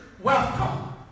welcome